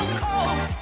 cold